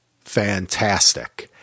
fantastic